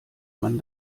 man